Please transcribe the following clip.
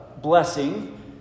blessing